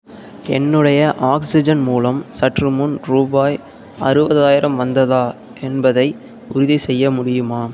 என்னுடைய ஆக்ஸிஜன் மூலம் சற்றுமுன் ரூபாய் அறுபதாயிரம் வந்ததா என்பதை உறுதிசெய்ய முடியுமா